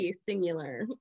singular